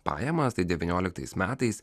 pajamas tai devynioliktais metais